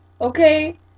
Okay